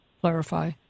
clarify